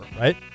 right